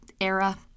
era